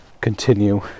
continue